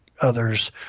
others